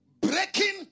breaking